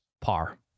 par